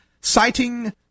citing